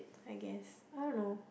I guess I don't know